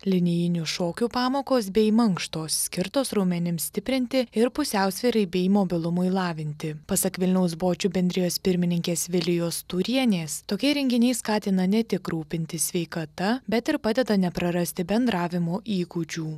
linijinių šokių pamokos bei mankštos skirtos raumenims stiprinti ir pusiausvyrai bei mobilumui lavinti pasak vilniaus bočių bendrijos pirmininkės vilijos turienės tokie renginiai skatina ne tik rūpintis sveikata bet ir padeda neprarasti bendravimo įgūdžių